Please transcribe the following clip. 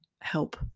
help